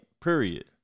period